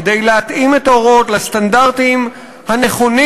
כדי להתאים את ההוראות לסטנדרטים הנכונים